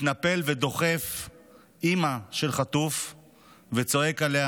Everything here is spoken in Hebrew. מתנפל ודוחף אימא של חטוף וצועק עליה: